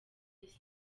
smith